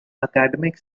academic